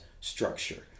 structure